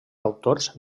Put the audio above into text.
autors